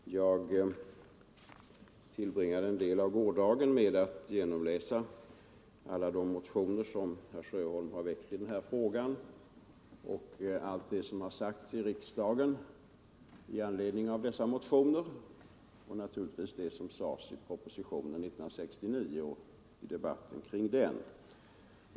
Herr talman! Jag tillbringade en del av gårdagen med att läsa igenom alla de motioner som herr Sjöholm har väckt i den här frågan, allt som sagts i riksdagen i anledning av dessa motioner och naturligtvis det som sades i propositionen 1969:118 och i debatten kring den.